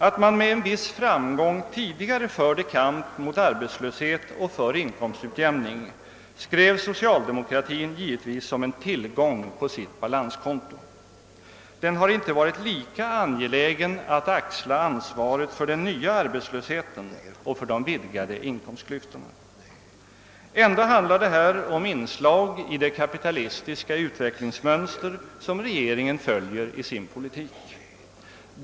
Att man med en viss framgång tidigare förde kampen mot arbetslöshet och för inkomstutjämning skrev socialdemokratin givetvis som en tillgång på sitt balanskonto. Den har inte varit lika angelägen att axla ansvaret för den nya arbetslösheten och för de vidgade inkomstklyftorna. Ändå handlar det här om inslag i det kapitalistiska utvecklingsmönster som regeringen följer i sin politik.